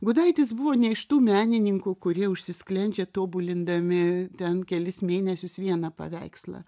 gudaitis buvo ne iš tų menininkų kurie užsisklendžia tobulindami ten kelis mėnesius vieną paveikslą